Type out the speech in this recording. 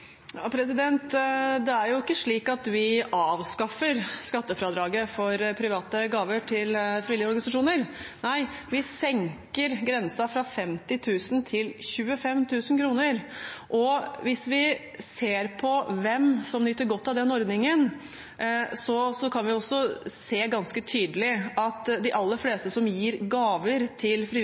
Det er ikke slik at vi avskaffer skattefradraget for private gaver til frivillige organisasjoner. Nei, vi senker grensen fra 50 000 til 25 000 kr. Hvis vi ser på hvem som nyter godt av den ordningen, kan vi se ganske tydelig at de aller fleste som gir gaver til